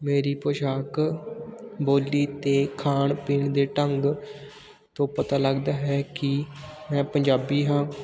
ਮੇਰੀ ਪੋਸ਼ਾਕ ਬੋਲੀ ਅਤੇ ਖਾਣ ਪੀਣ ਦੇ ਢੰਗ ਤੋਂ ਪਤਾ ਲੱਗਦਾ ਹੈ ਕਿ ਮੈਂ ਪੰਜਾਬੀ ਹਾਂ